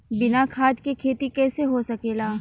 बिना खाद के खेती कइसे हो सकेला?